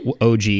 OG